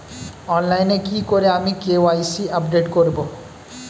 অনলাইনে কি করে আমি কে.ওয়াই.সি আপডেট করব?